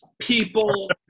People